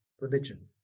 religion